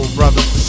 brothers